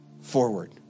forward